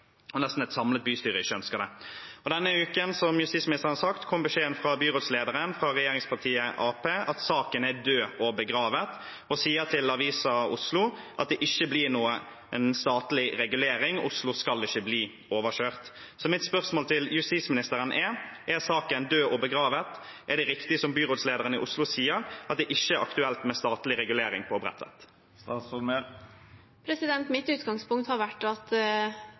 Denne uken kom, som justisministeren sa, beskjeden fra byrådslederen, fra regjeringspartiet Arbeiderpartiet, om at saken er død og begravet. Han sier til Avisa Oslo at det ikke blir noen statlig regulering. Oslo skal ikke bli overkjørt. Mitt spørsmål til justisministeren er: Er saken død og begravet? Er det riktig, som byrådslederen i Oslo sier, at det ikke er aktuelt med statlig regulering på Bredtvet? Mitt utgangspunkt har vært at